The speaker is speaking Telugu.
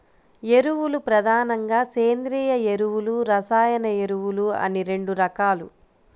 ఎరువులు ప్రధానంగా సేంద్రీయ ఎరువులు, రసాయన ఎరువులు అని రెండు రకాలు